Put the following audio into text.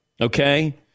Okay